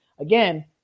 Again